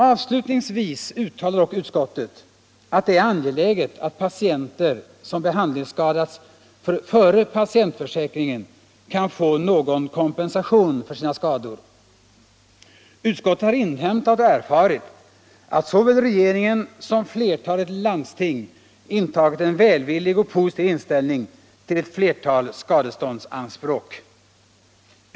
Avslutningsvis uttalar dock utskottet att det är angeläget att patienter som behandlingsskadats före patientförsäkringen kan få någon kompensation för sina skador. Utskottet har inhämtat och erfarit att såväl regeringen som flertalet landsting intagit en välvillig och positiv inställning till ett flertal skadeståndsanspråk.